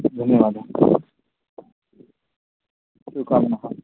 धन्यवादः